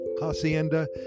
hacienda